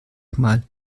mal